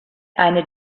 eine